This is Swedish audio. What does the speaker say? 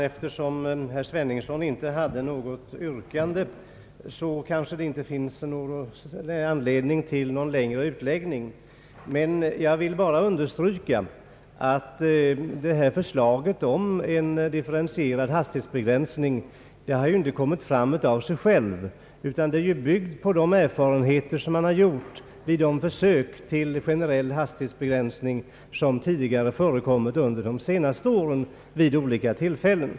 Eftersom herr Sveningsson inte hade något yrkande, kanske det inte finns anledning till någon längre utläggning, men jag vill understryka att förslaget om en differentierad hastighetsbegränsning inte kommit fram av sig självt, utan det är ju byggt på de erfarenheter som vunnits vid de försök med generell hastighetsbegränsning som förekommit vid olika tillfällen under de senaste åren.